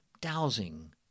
dowsing